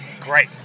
great